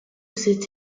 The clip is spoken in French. cette